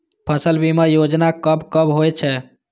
फसल बीमा योजना कब कब होय छै?